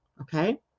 Okay